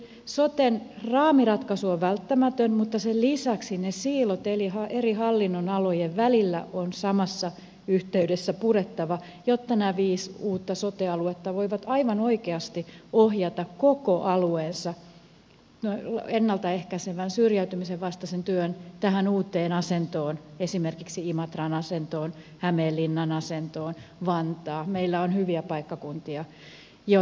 soten raamiratkaisu on välttämätön mutta sen lisäksi ne siilot eri hallinnonalojen välillä on samassa yhteydessä purettava jotta nämä viisi uutta sote aluetta voivat aivan oikeasti ohjata koko alueensa ennalta ehkäisevän syrjäytymisen vastaisen työn tähän uuteen asentoon esimerkiksi imatran asentoon hämeenlinnan asentoon tai vantaan asentoon meillä on joitakin hyviä paikkakuntia